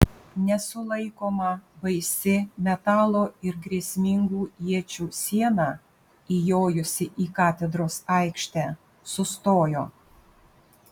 nesulaikoma baisi metalo ir grėsmingų iečių siena įjojusi į katedros aikštę sustojo